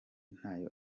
ntayo